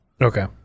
Okay